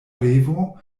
revo